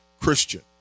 Christian